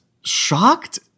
shocked